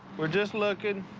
we're just lookin'.